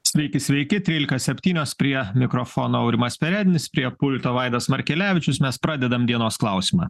sveiki sveiki trylika septynios prie mikrofono aurimas perednis prie pulto vaidas markelevičius mes pradedam dienos klausimą